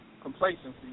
complacency